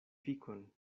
efikon